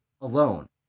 alone